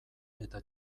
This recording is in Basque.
eta